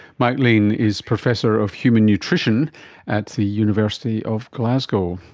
mike lean is professor of human nutrition at the university of glasgow.